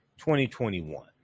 2021